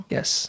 Yes